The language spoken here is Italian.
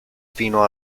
fino